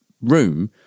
room